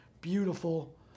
beautiful